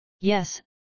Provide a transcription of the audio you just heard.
Yes